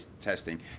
testing